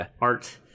art